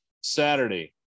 Saturday